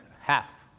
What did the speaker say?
half